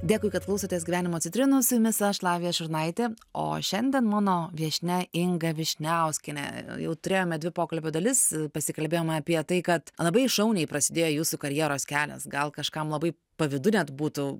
dėkui kad klausotės gyvenimo citrinų su jumis aš lavija šurnaitė o šiandien mano viešnia inga vyšniauskienė jau turėjome dvi pokalbio dalis pasikalbėjome apie tai kad labai šauniai prasidėjo jūsų karjeros kelias gal kažkam labai pavydu net būtų